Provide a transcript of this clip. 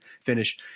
finish